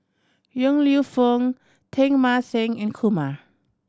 Yong Lew Foong Teng Mah Seng and Kumar